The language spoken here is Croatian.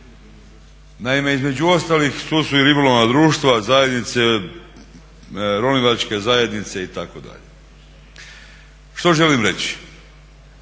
Naime, između ostalih tu su i ribolovna društva, zajednice, ronilačke zajednice itd. Što želim reći?